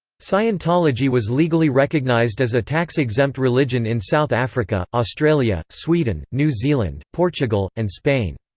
scientology was legally recognized as a tax-exempt religion in south africa, australia, sweden, new zealand, portugal, and spain.